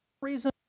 reason